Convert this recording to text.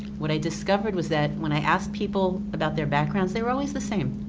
what i discovered was that when i asked people about their backgrounds, they were always the same.